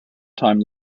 time